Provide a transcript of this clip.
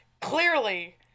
Clearly